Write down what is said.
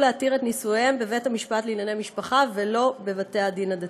להתיר את נישואיהם בבית-משפט לענייני משפחה ולא בבית-דין רבני.